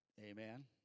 Amen